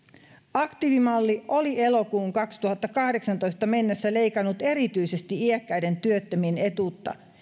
aktiivimalli oli elokuuhun kaksituhattakahdeksantoista mennessä leikannut erityisesti iäkkäiden työttömien etuutta